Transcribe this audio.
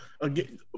Again